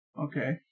Okay